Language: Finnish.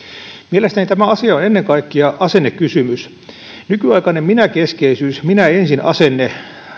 mielestäni tämä asia on ennen kaikkea asennekysymys nykyaikainen minäkeskeisyys minä ensin asenne